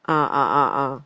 ah ah ah ah